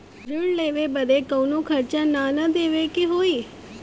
ऋण लेवे बदे कउनो खर्चा ना न देवे के होई?